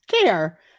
care